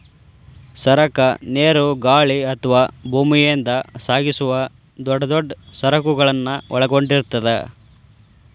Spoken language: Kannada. ಸರಕ ನೇರು ಗಾಳಿ ಅಥವಾ ಭೂಮಿಯಿಂದ ಸಾಗಿಸುವ ದೊಡ್ ದೊಡ್ ಸರಕುಗಳನ್ನ ಒಳಗೊಂಡಿರ್ತದ